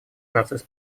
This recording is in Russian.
процесс